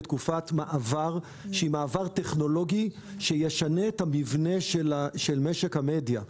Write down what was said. בתקופת מעבר שהיא מעבר טכנולוגי שישנה את המבנה של משק המדיה.